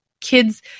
kids